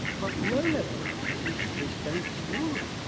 for low-level waste which is the least dangerous why?